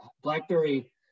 BlackBerry